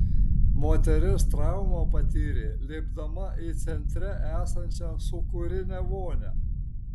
moteris traumą patyrė lipdama į centre esančią sūkurinę vonią